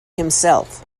himself